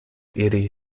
iri